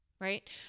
right